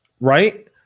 Right